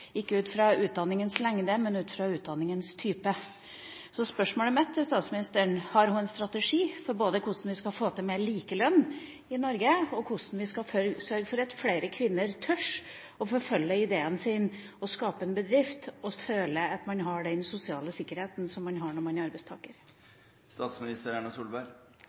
fra utdanningas lengde, men ut fra utdanningas type. Spørsmålet mitt til statsministeren er: Har hun en strategi, både for hvordan vi skal få til mer likelønn i Norge og for hvordan vi skal sørge for at flere kvinner tør å forfølge ideene sine, skape en bedrift og føle at de har den samme sosiale sikkerheten som de har som arbeidstakere? Jeg er